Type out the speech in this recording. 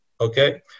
okay